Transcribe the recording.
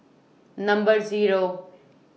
Number Zero